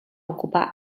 ocupar